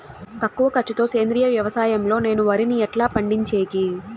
తక్కువ ఖర్చు తో సేంద్రియ వ్యవసాయం లో నేను వరిని ఎట్లా పండించేకి?